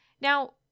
now